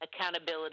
accountability